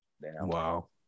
Wow